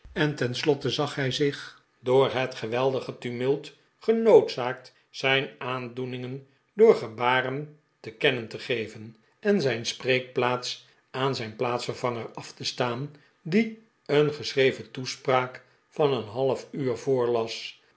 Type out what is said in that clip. en ten slotte zag hij zich door het geweldige tumult ge noodzaakt zijn aandoeningen door gebaren te kennen te geven en zijn spreekplaats aan zijn plaatsvervanger af te staan die een geschreven toespraak van een half uur voorlas